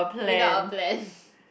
without a plan